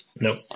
nope